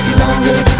longer